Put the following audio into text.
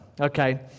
Okay